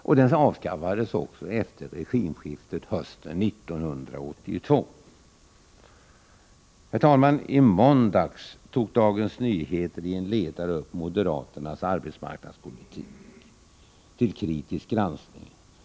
Den avskaffades också efter regimskiftet hösten 1982. I måndags tog Dagens Nyheter i en ledare upp moderaternas arbetsmarknadspolitik till kritisk granskning.